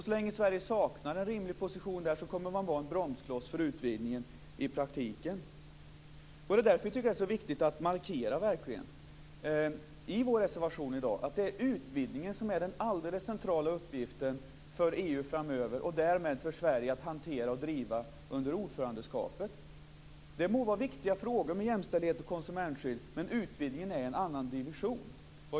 Så länge Sverige saknar en rimlig position kommer man att vara en bromskloss för utvidgningen i praktiken. Därför tycker jag att det är så viktigt att verkligen markera i vår reservation att det är utvidgningen som är den alldeles centrala uppgiften för EU framöver och därmed för Sverige att hantera och driva under ordförandeskapet. Jämställdhet och konsumentskydd må vara viktiga frågor, men utvidgningen är i en annan division.